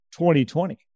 2020